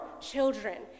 children